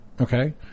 okay